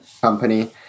company